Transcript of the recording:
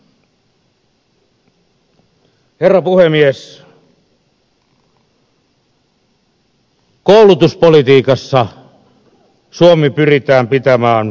koulutuspolitiikassa suomi pyritään pitämään mallimaana